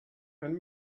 and